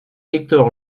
hector